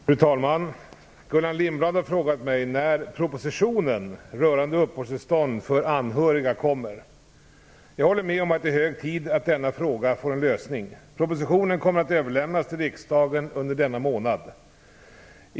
Fru talman! Gullan Lindblad har frågat mig när propositionen rörande uppehållstillstånd för anhöriga kommer. Jag håller med om att det är hög tid att denna fråga får en lösning. Propositionen kommer att överlämnas till riksdagen under mars månad.